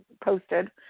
posted